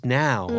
now